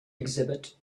exhibit